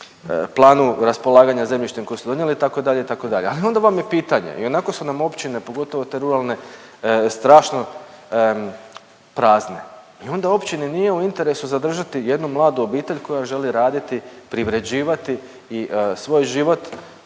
planu raspolaganja zemljištem koji su donijeli, itd., itd., ali onda vam je pitanje, ionako su nam općine, pogotovo te ruralne, strašno prazne i onda općini nije u interesu zadržati jednu mladu obitelj koja želi raditi, privređivati, svoj život